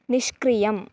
निष्क्रियम्